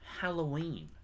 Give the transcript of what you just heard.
Halloween